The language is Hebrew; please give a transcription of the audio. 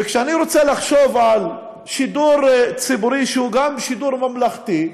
וכשאני רוצה לחשוב על שידור ציבורי שהוא גם שידור ממלכתי,